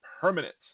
permanent